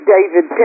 David